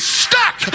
stuck